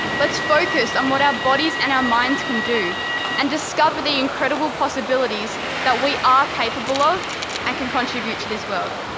let's focus on what our bodies and our minds can do and discover the incredible possibilities that we are capable of and can contribute to this world.